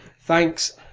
Thanks